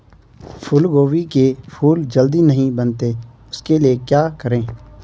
फूलगोभी के फूल जल्दी नहीं बनते उसके लिए क्या करें?